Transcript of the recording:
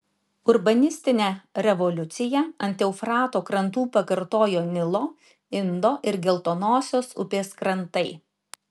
urbanistinę revoliuciją ant eufrato krantų pakartojo nilo indo ir geltonosios upės krantai